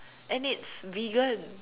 and it's vegan